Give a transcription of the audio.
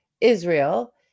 Israel